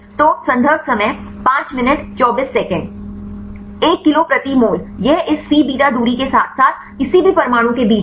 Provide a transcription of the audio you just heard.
तो संदर्भ समय 0524 1 किलो प्रति मोल यह इस सी बीटा दूरी के साथ साथ किसी भी परमाणु के बीच है